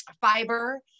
fiber